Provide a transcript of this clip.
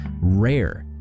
rare